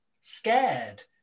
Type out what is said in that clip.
scared